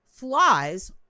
Flies